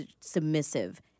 submissive